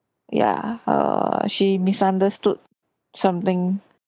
ya err she misunderstood something